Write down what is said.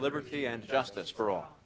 liberty and justice for all